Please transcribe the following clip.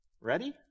Ready